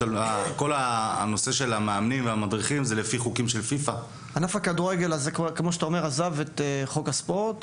וכל הנושא של המאמנים והמדריכים זה לפי חוקים של FIFA. ענף הכדורגל כמו שאתה אומר כבר עזב את חוק הספורט.